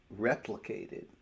replicated